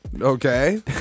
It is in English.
Okay